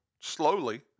slowly